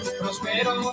prospero